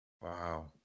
Wow